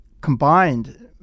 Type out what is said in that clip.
combined